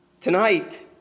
Tonight